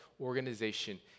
organization